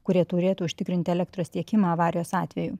kurie turėtų užtikrinti elektros tiekimą avarijos atveju